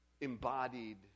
embodied